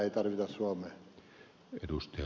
ei tarvita suomeen